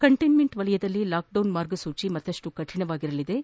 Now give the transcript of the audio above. containment ವಲಯದಲ್ಲಿ lockdown ಮಾರ್ಗಸೂಚಿಗಳು ಮತ್ತಷ್ಟು ಕಠಿಣವಾಗಿರಲಿದ್ದು